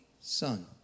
Son